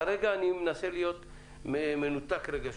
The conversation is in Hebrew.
כרגע אני מנסה להיות מנותק רגשות.